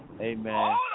Amen